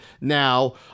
now